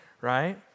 right